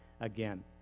again